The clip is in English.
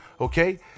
Okay